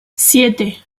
siete